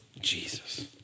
Jesus